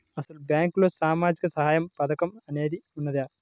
అసలు బ్యాంక్లో సామాజిక సహాయం పథకం అనేది వున్నదా?